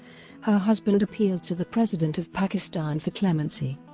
her husband appealed to the president of pakistan for clemency.